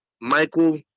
Michael